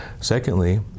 Secondly